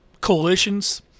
coalitions